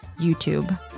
YouTube